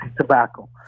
tobacco